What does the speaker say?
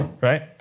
right